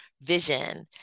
vision